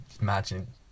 imagine